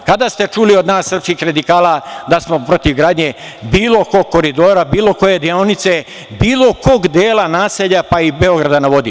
Kada ste čuli od nas Srpskih radikala da smo protiv gradnje bilo kog koridora, bilo koje deonice, bilo kog dela naselja, pa i „Beograda na vodi“